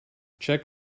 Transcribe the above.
check